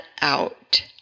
out